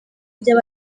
ibyo